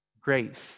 grace